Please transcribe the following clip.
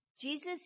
Jesus